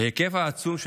ההיקף העצום של